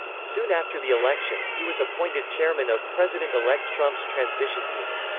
soon after the election, he was appointed chairman of president-elect trump's transition team.